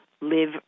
live